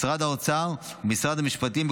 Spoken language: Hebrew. משרד האוצר ומשרד המשפטים.